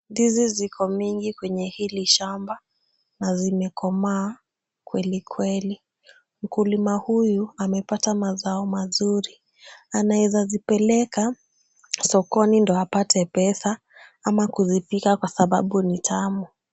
Ndizi ziko mingi kwenye hili shamba na zimekomaa kwelikweli. Mkulima huyu amepata mazao mazuri. Anaeza zipeleka sokoni ndio apate pesa ama kuzipika kwa sababu ni tamu.